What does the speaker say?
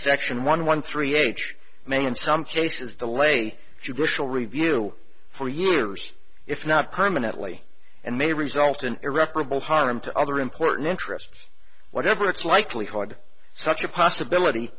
section one one three age may in some cases the lay judicial review for years if not permanently and may result in irreparable harm to other important interest whatever it's likely hard such a possibility